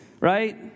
Right